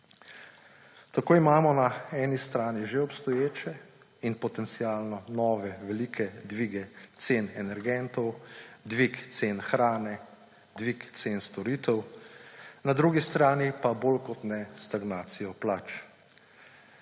Tako imamo na eni strani že obstoječe in potencialno nove velike dvige cen energentov, dvig cen hrane, dvig cen storitev, na drugi strani pa bolj kot ne stagnacijo plač.